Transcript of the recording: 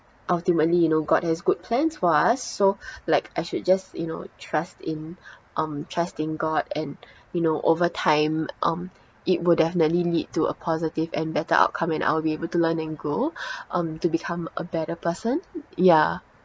ultimately you know god has good plans for us so like I should just you know trust in um trust in god and you know over time um it will definitely lead to a positive and better outcome and I'll be able to learn and grow um to become a better person ya